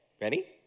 Ready